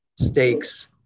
stakes